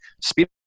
speed